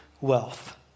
wealth